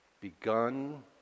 begun